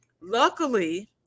luckily